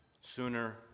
sooner